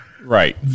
right